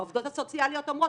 העובדות הסוציאליות אומרות,